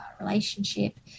relationship